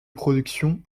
production